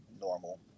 normal